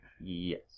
Yes